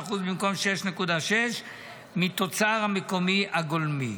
7.7% במקום 6.6% מהתוצר המקומי הגולמי.